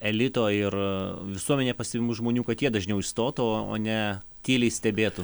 elito ir visuomenėje pastebimų žmonių kad jie dažniau išstotų o o ne tyliai stebėtų